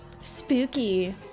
spooky